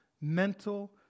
mental